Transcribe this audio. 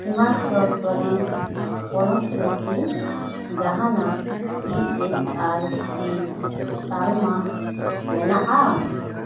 ᱦᱤᱢᱟᱪᱚᱞ ᱯᱨᱚᱫᱮᱥ ᱯᱚᱱᱚᱛ ᱨᱮ ᱠᱤ ᱡᱟᱦᱟᱱᱟᱜ ᱤ ᱮᱥ ᱟᱭ ᱥᱤ ᱛᱟᱞᱢᱟ ᱢᱮᱱᱟᱜᱼᱟ